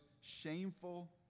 shameful